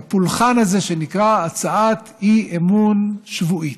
בפולחן הזה שנקרא הצעת אי-אמון שבועית.